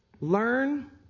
learn